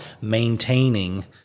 maintaining